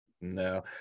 No